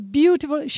beautiful